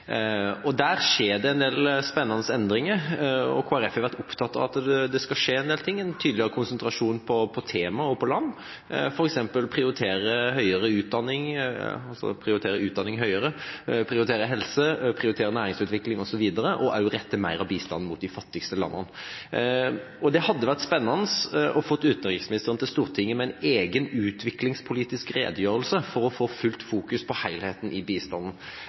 en del spennende endringer, og Kristelig Folkeparti har vært opptatt av at det skal skje en del ting: en tydeligere konsentrasjon om tema og om land, f.eks. å prioritere utdanning høyere og prioritere helse, næringsutvikling osv. – og også rette mer av bistanden mot de fattigste landene. Det hadde vært spennende å få utenriksministeren til Stortinget med en egen utviklingspolitisk redegjørelse for å få full fokusering på helheten i bistanden.